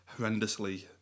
horrendously